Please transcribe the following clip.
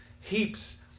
heaps